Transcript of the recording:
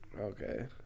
Okay